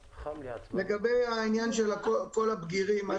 הנושא של כל הבגירים ובכלל הכניסה לבתים.